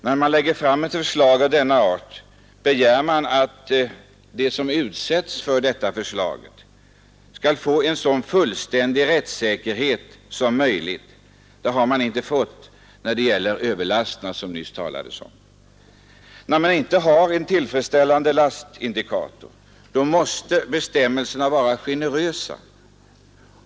När det läggs fram ett förslag av denna art kan man begära att de som råkar ut för följderna av förslaget skall få en så god rättssäkerhet som möjligt. Det har man emellertid inte fått i detta förslag. Så länge det inte finns tillfredsställande lastindikatorer måste bestämmelserna vara generösa.